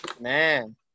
man